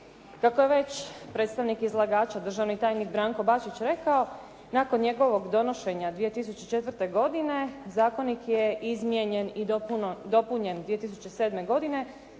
Kako je već predstavnik izlagača državni tajnik Branko Bačić rekao, nakon njegovog donošenja 2004. godine zakonik je izmijenjen i dopunjen 2007. godine